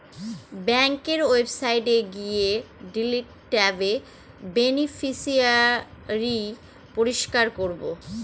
ব্যাঙ্কের ওয়েবসাইটে গিয়ে ডিলিট ট্যাবে বেনিফিশিয়ারি পরিষ্কার করাবো